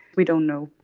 we don't know.